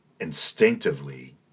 instinctively